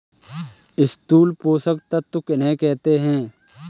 स्थूल पोषक तत्व किन्हें कहते हैं?